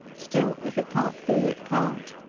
still if it can't be, it can't.